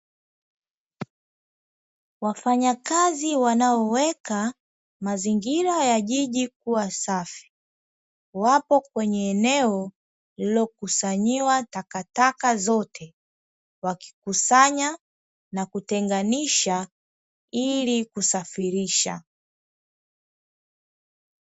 Wafanyakazi wanaoweka mazingira ya jiji kua safi, wapo kwenye eneo lililokusanyiwa takataka zote. Wakikusanya na kutenganisha ili kusafirisha.